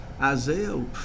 Isaiah